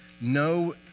No